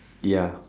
ya